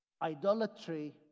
idolatry